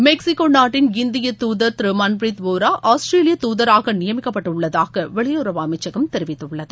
Mexico நாட்டின் இந்திய தூதர் திரு மன்பீரீத் வோரா ஆஸ்திரேலிய தூதராக நியமிக்கப்பட்டுள்ளதாக வெளியுறவு அமைச்சகம் தெரிவித்துள்ளது